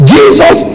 Jesus